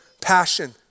passion